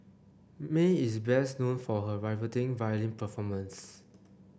Mae is best known for her riveting violin performance